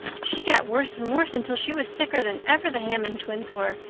she got worse and worse until she was sicker than ever the hammond twins were,